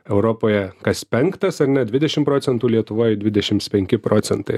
europoje kas penktas ane dvidešim procentų lietuvoj dvidešims penki procentai